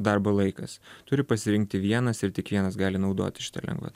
darbo laikas turi pasirinkti vienas ir tik vienas gali naudotis šita lengvata